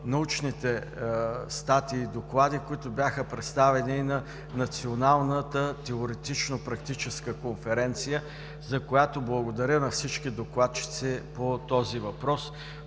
научните статии и доклади, които бяха представени на Националната теоретично-практическа конференция, за която благодаря на всички докладчици по този въпрос,